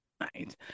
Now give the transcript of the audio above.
Right